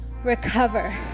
Recover